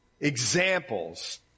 examples